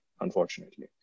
unfortunately